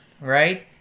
right